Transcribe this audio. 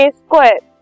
square